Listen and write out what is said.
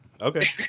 Okay